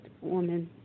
woman